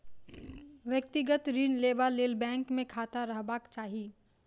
व्यक्तिगत ऋण लेबा लेल बैंक मे खाता रहबाक चाही